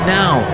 now